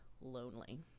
lonely